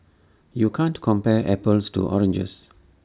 you can't compare apples to oranges